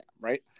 right